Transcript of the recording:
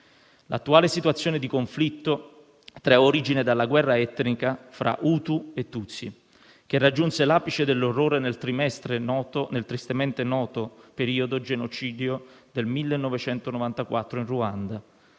L'attuale situazione di conflitto trae origine dalla guerra etnica fra Hutu e Tutsi, che raggiunse l'apice dell'orrore nel tristemente noto genocidio del 1994 in Ruanda,